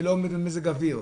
שלא עומד במזג האוויר.